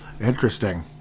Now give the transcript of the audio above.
Interesting